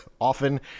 often